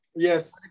Yes